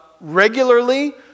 regularly